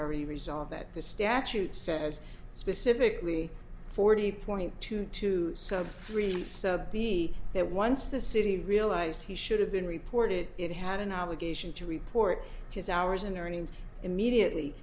already resolved that the statute says specifically forty point two two three b that once the city realized he should have been reported it had an obligation to report his hours and earnings immediately